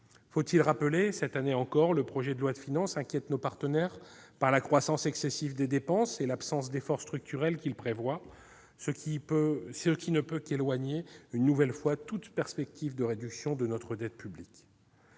Faut-il rappeler que, cette année encore, le projet de loi de finances inquiète nos partenaires par la croissance excessive des dépenses et l'absence d'effort structurel qu'il prévoit, ce qui ne peut qu'éloigner une nouvelle fois toute perspective de réduction de notre dette publique